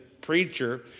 preacher